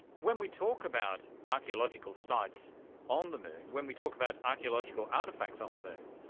when we talk about archaeological sites on the moon, when we talk about archaeological artefacts on the moon,